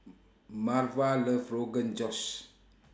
Marva loves Rogan Josh